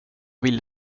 vill